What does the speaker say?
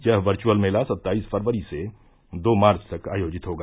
यह वर्चुअल मेला सत्ताईस फरवरी से दो मार्च तक आयोजित होगा